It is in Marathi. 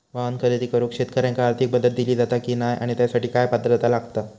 वाहन खरेदी करूक शेतकऱ्यांका आर्थिक मदत दिली जाता की नाय आणि त्यासाठी काय पात्रता लागता?